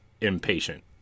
impatient